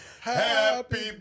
Happy